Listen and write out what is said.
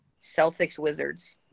Celtics-Wizards